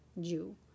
jew